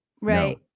Right